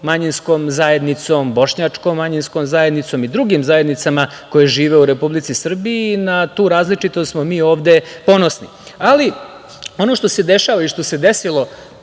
manjinskom zajednicom, bošnjačkom manjinskom zajednicom i drugim zajednicama koje žive u Republici Srbiji. Na tu različitost smo mi ovde ponosni. Ono što se dešava i što se desilo